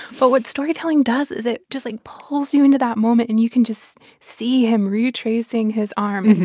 but what storytelling does is it just, like, pulls you into that moment, and you can just see him retracing his arm,